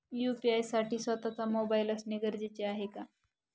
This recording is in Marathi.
यू.पी.आय साठी स्वत:चा मोबाईल असणे गरजेचे आहे का?